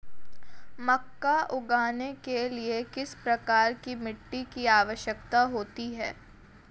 मक्का उगाने के लिए किस प्रकार की मिट्टी की आवश्यकता होती है?